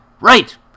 Right